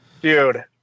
Dude